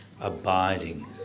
abiding